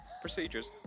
procedures